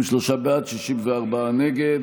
53 בעד, 64 נגד.